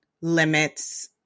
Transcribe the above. limits